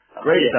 Great